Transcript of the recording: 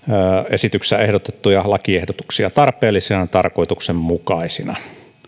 esityksessä ehdotettuja lakiehdotuksia tarpeellisina ja tarkoituksenmukaisina